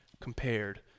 compared